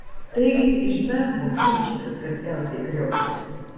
taigi tik iš bemvo bumčikas garsiausiai kriokia